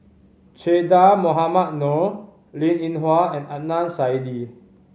Che Dah Mohamed Noor Linn In Hua and Adnan Saidi